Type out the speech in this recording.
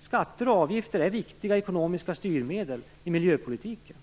Skatter och avgifter är viktiga ekonomiska styrmedel i miljöpolitiken.